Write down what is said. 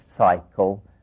cycle